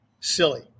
silly